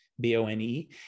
B-O-N-E